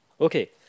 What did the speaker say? Okay